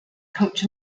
coach